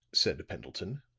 said pendleton,